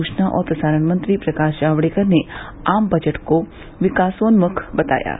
सुचना और प्रसारण मंत्री प्रकाश जावड़ेकर ने आम बजट को विकासोन्मुख बताया है